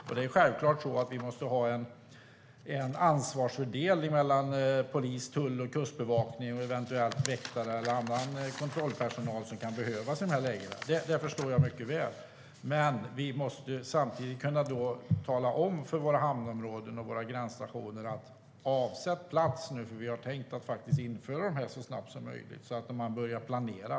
Vi måste självklart ha en ansvarsfördelning mellan polis, tull, kustbevakning och eventuella väktare eller annan kontrollpersonal som kan behövas - det förstår jag mycket väl. Men vi måste samtidigt kunna säga till våra hamnområden och våra gränsstationer "Avsätt plats, för vi har tänkt införa detta så snabbt som möjligt!" så att de börjar planera.